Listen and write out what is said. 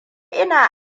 ina